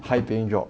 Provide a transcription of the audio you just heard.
high paying job